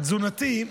התזונתי,